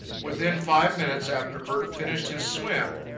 within five minutes after bert finished his swim,